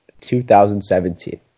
2017